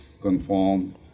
conform